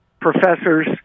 professors